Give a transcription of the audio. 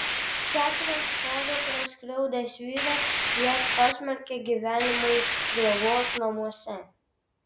keturias podukras skriaudęs vyras jas pasmerkė gyvenimui globos namuose